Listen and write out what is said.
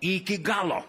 iki galo